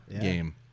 game